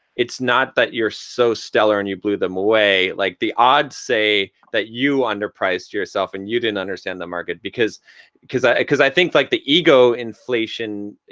it's not that you're so stellar and you blew them away. like the odds say that you under priced yourself and you didn't understand the market cause i cause i think like the ego inflation,